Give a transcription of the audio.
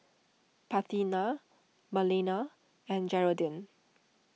Parthenia Marlena and Jeraldine